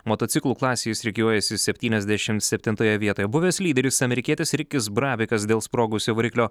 motociklų klasėj jis rikiuojasi septyniasdešim septintoje vietoje buvęs lyderis amerikietis rikis brabekas dėl sprogusio variklio